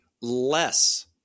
less